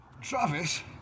Travis